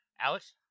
Alex